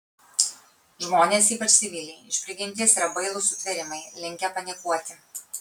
žmonės ypač civiliai iš prigimties yra bailūs sutvėrimai linkę panikuoti